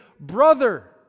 brother